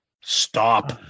Stop